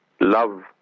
love